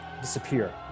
disappear